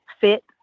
fit